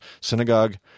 synagogue